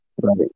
Right